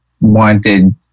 wanted